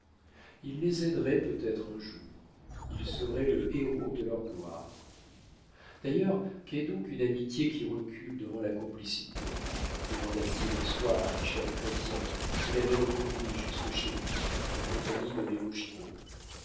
il les aiderait peut-être un jour il serait le héraut de leurs gloires d'ailleurs qu'est donc une amitié qui recule devant la complicité demanda-t-il un soir à michel chrestien qu'il avait reconduit jusque chez lui en compagnie de